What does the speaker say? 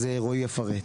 אז רועי יפרט.